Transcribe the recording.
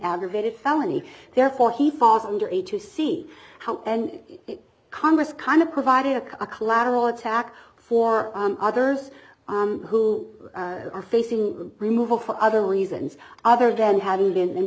aggravated felony therefore he falls under age to see how and congress kind of provided a collateral attack for others who are facing removal for other reasons other than having been